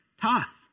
tough